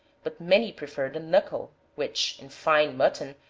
but many prefer the knuckle, which, in fine mutton,